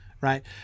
right